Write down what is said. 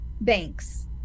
banks